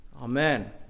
Amen